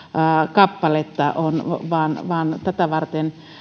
kappaletta on tätä varten